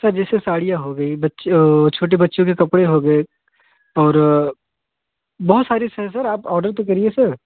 sir जैसे साड़ियाँ हो गई बच्चे छोटे बच्चों के कपड़े हो गए और बहुत सारी सर आप ऑर्डर तो करिए सर